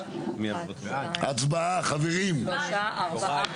הצבעה חברים,